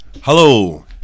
Hello